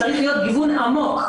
צריך להיות גיוון עמוק.